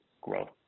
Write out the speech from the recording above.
growth